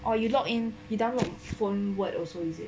or you log in you download phone word also is it